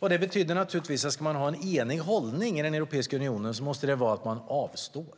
Det betyder naturligtvis att om man ska ha en enig hållning i Europeiska unionen måste det vara att man avstår.